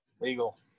legal